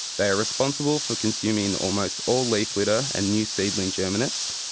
they are responsible for consuming almost all leaf litter and new seedling germinates,